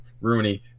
Rooney